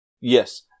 Yes